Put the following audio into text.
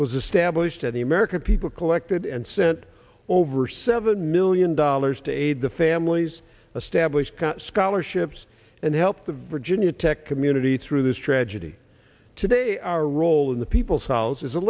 was established at the american people collected and sent over seven million dollars to aid the families of stablished scholarships and help the virginia tech community through this tragedy today our role in the people's house